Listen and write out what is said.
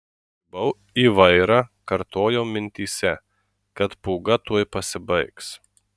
įsikibau į vairą ir kartojau mintyse kad pūga tuoj pasibaigs